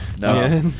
no